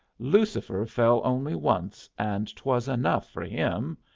lucifer fell only once, and twas enough for him.